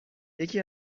یکی